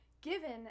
given